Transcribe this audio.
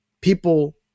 people